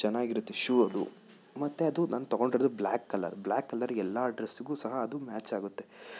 ಚೆನ್ನಾಗಿರುತ್ತೆ ಶೂ ಅದು ಮತ್ತು ಅದು ನಾನು ತೊಗೊಂಡಿರೋದು ಬ್ಲಾಕ್ ಕಲರ್ ಬ್ಲಾಕ್ ಕಲರ್ ಎಲ್ಲ ಡ್ರೆಸ್ಗು ಸಹ ಅದು ಮ್ಯಾಚ್ ಆಗುತ್ತೆ